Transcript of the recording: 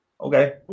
Okay